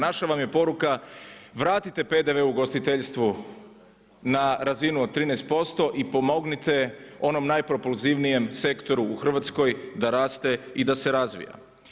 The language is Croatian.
Naša vam je poruka vratite PDV ugostiteljstvu na razinu od 13% i pomognite onom najpropulzivnijem sektoru u Hrvatskoj da raste i da se razvija.